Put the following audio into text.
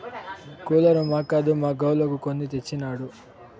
cooler మాక్కాదు మా గోవులకు కొని తెచ్చినాడు